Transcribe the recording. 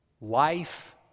life